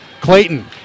Clayton